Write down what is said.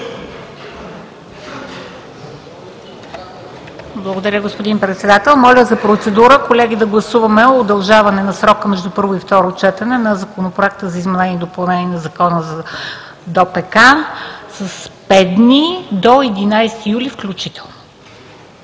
Благодаря, господин Председател. Моля за процедура. Колеги, да гласуваме удължаване на срока между първо и второ четене на Законопроекта за изменение и допълнение на Закона за ДОПК с пет дни – до 11 юли 2017 г. включително.